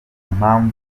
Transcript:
mpamvu